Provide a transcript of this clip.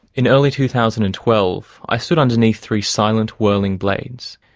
in early two thousand and twelve, i stood underneath three silent, whirling blades.